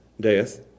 death